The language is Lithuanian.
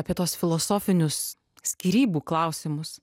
apie tuos filosofinius skyrybų klausimus